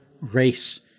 race